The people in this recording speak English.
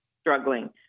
struggling